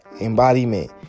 embodiment